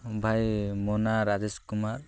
ଭାଇ ମୋ ନା ରାଜେଶ କୁମାର